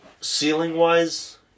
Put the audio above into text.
ceiling-wise